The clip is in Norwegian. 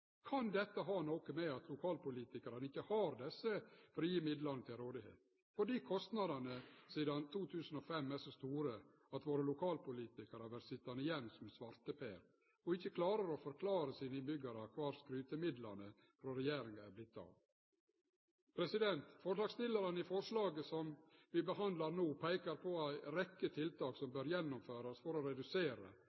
Kan dette ha noko å gjere med at lokalpolitikarane ikkje har desse frie midlane til rådigheit, fordi kostnadane sidan 2005 er så store at våre lokalpolitikarar vert sitjande igjen som svarteper, og ikkje klarer å forklare sine innbyggjarar kvar skrytemidlane til regjeringa har vorte av? Forslagsstillarane til forslaget som vi behandlar no, peikar på ei rekkje tiltak som